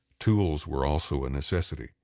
tools were also a necessity,